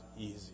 easy